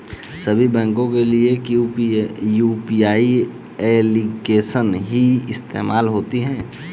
सभी बैंकों के लिए क्या यू.पी.आई एप्लिकेशन ही इस्तेमाल होती है?